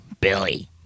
Billy